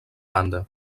banda